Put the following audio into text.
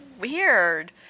weird